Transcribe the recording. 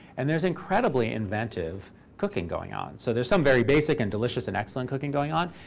and there's incredibly inventive cooking going on. so there's some very basic and delicious and excellent cooking going on.